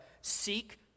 seek